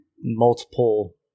multiple